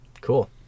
Cool